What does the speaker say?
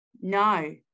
No